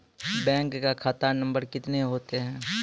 Bank का खाता नम्बर कितने होते हैं?